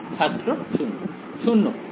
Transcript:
ছাত্র 0 0 ঠিক